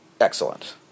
excellent